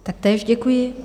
Taktéž děkuji.